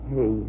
Hey